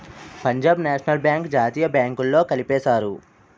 Punjab National Bank జాతీయ బ్యాంకుల్లో కలిపేశారు